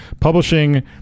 publishing